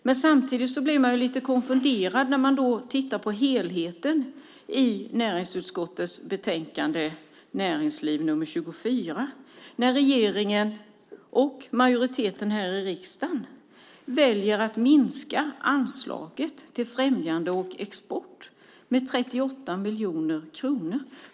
Men samtidigt blir man lite konfunderad när man ser på helheten i betänkandet. Regeringen och majoriteten här i riksdagen väljer ju att minska anslaget till främjande av export med 38 miljoner kronor.